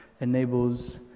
enables